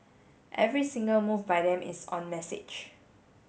every single move by them is on message